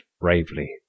bravely